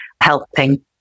helping